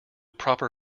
proper